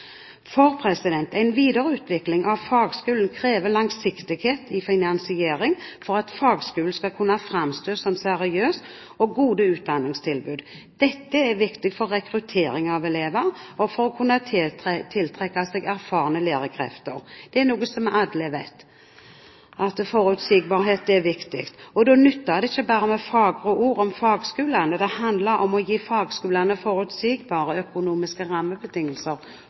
En videre utvikling av fagskolene krever langsiktighet i finansieringen, slik at fagskolene skal kunne framstå som seriøse og gode utdanningstilbud. Det er viktig for rekruttering av elever og for å kunne tiltrekke seg erfarne lærerkrefter. At forutsigbarhet er viktig, er noe alle vet. Da nytter det ikke bare med fagre ord om fagskolene; da handler det om å gi fagskolene forutsigbare, økonomiske rammebetingelser